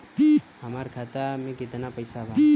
हमरा खाता मे केतना पैसा बा?